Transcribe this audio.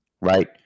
Right